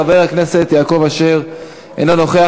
חבר הכנסת יעקב אשר, אינו נוכח.